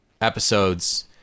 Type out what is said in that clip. episodes